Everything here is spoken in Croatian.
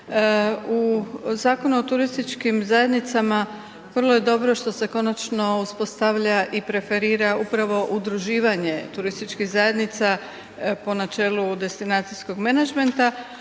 U Zakonu o turističkim zajednicama vrlo je dobro što se konačno uspostavlja i preferira upravo udruživanje turističkih zajednicama po načelu destinacijskog menadžmenta.